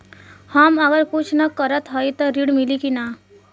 हम अगर कुछ न करत हई त ऋण मिली कि ना?